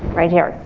right here.